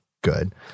good